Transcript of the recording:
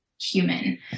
human